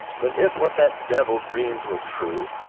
but if what that devil dreams were true,